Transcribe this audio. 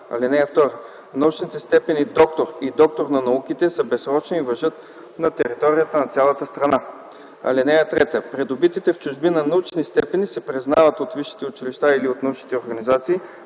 (2) Научните степени „доктор” и „доктор на науките” са безсрочни и важат на територията на цялата страна. (3) Придобитите в чужбина научни степени се признават от висшите училища или от научните организации